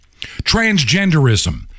transgenderism